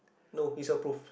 no it's approve